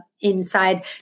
inside